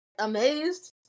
amazed